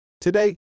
Today